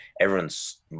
everyone's